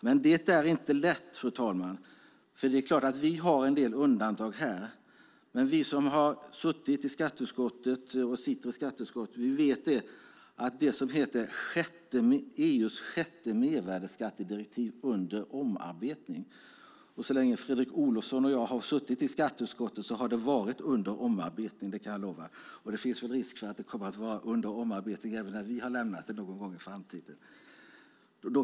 Det är dock inte lätt. Visst har vi en del undantag här, men vi som har suttit och sitter i skatteutskottet vet att EU:s sjätte mervärdesskattedirektiv är under omarbetning. Så länge Fredrik Olovsson och jag har suttit i skatteutskottet har det varit under omarbetning, och det finns nog risk för att det kommer att vara under omarbetning även när vi har lämnat skatteutskottet någon gång i framtiden.